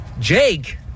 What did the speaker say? Jake